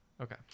Okay